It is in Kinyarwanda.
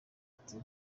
ati